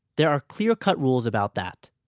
there are clear cut rules about that.